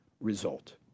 result